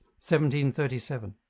1737